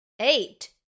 Eight